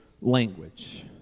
language